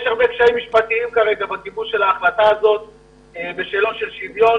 יש קשיים משפטיים בשאלות של שוויון,